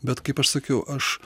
bet kaip aš sakiau aš